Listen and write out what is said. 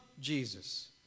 Jesus